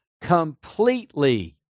completely